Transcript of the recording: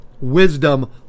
wisdom